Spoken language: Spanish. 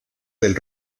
del